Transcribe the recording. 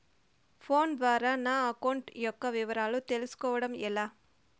Phone ద్వారా నా account యొక్క వివరాలు తెలుస్కోవడం ఎలా?